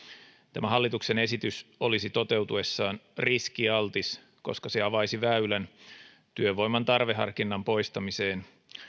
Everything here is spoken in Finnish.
tämä hallituksen esitys olisi toteutuessaan riskialtis koska se avaisi väylän työvoiman tarveharkinnan poistamiseen